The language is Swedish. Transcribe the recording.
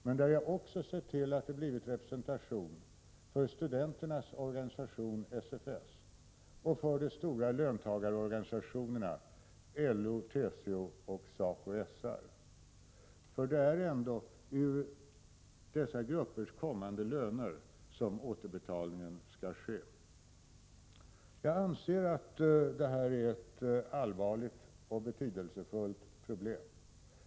Jag har också sett till att studenternas organisation SFS och de stora löntagarorganisationerna LO, TCO och SACO/SR får representation i denna kommitté, eftersom det är ur dessa gruppers kommande löner som återbetalningen skall ske. Jag anser att det här är ett allvarligt och betydelsefullt problem.